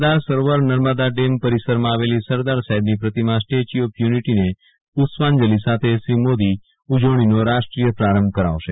સરદાર Sarovar Narmada dam પરિસરમાં આવેલી સરદાર સાહેબની પ્રતિમાં સ્ટેય્યુ ઓફ યુનિટીને પુષ્પાંજલી સાથે શ્રી મોદી ઉજવણીનો રાષ્ટ્રીય પ્રારંભ કરાવશે